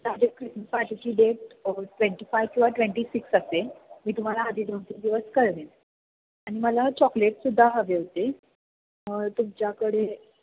माझ्या क्रिसमस पार्टीची date twenty five किंवा ट्वेंटी सिक्स असेल मी तुम्हाला आधी दोन तीन दिवस कळवीन आणि मला चॉकलेटसुद्धा हवे होते तुमच्याकडे